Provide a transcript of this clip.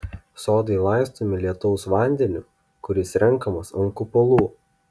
sodai laistomi lietaus vandeniu kuris renkamas ant kupolų